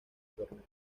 torneo